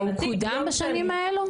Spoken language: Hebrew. הוא קודם בשנים האלה?